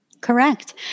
Correct